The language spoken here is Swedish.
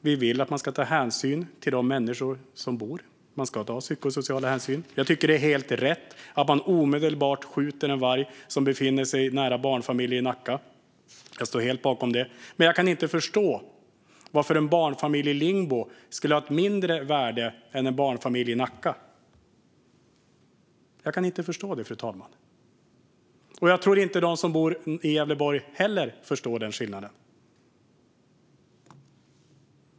Vi vill att man ska ta hänsyn till människor, att man ska ta psykosociala hänsyn. Jag tycker att det är helt rätt att man omedelbart skjuter en varg som befinner sig nära en barnfamilj i Nacka - jag står helt bakom det - men jag kan inte förstå varför en barnfamilj i Lingbo skulle ha ett mindre värde än en barnfamilj i Nacka, fru talman. Och jag tror inte heller att de som bor i Gävleborg förstår den skillnaden.